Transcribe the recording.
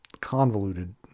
convoluted